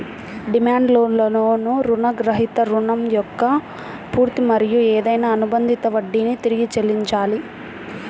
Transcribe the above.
demand లోన్లో రుణగ్రహీత రుణం యొక్క పూర్తి మరియు ఏదైనా అనుబంధిత వడ్డీని తిరిగి చెల్లించాలి